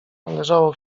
należało